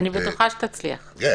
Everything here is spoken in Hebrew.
אני בטוחה שתצליח.